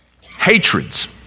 Hatreds